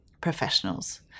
professionals